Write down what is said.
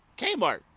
Kmart